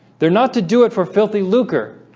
they're not to do it for filthy lucre.